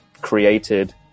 created